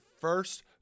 first